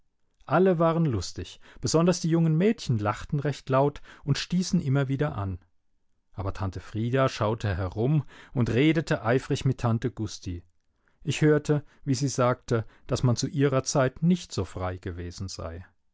alle waren lustig besonders die jungen mädchen lachten recht laut und stießen immer wieder an aber tante frieda schaute herum und redete eifrig mit tante gusti ich hörte wie sie sagte daß man zu ihrer zeit nicht so frei gewesen sei